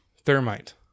Thermite